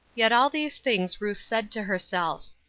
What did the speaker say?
yet all these things ruth said to herself.